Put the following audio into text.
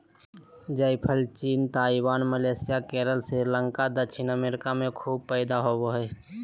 जायफल चीन, Taiwan, Malaysia, Kerala, Sri Lanka और दक्षिणी अमेरिका में खूब पैदा होबो हइ